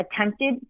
attempted